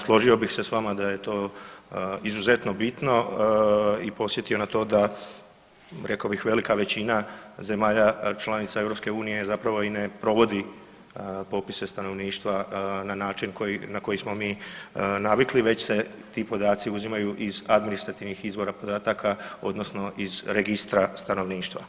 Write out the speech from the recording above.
Složio bih se s vama da je to izuzetno bitno i podsjetio na to da rekao bih velika većina zemalja članica EU zapravo i ne provodi popise stanovništva na način na koji smo mi navikli, već se ti podaci uzimaju iz administrativnih izvora podataka odnosno iz registra stanovništva.